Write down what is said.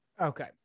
Okay